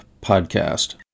podcast